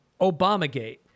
Obamagate